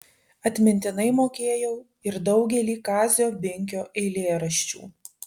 atmintinai mokėjau ir daugelį kazio binkio eilėraščių